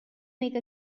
make